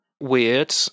weird